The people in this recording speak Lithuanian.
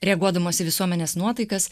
reaguodamos į visuomenės nuotaikas